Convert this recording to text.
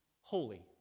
holy